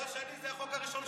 זה החוק הראשון שלי.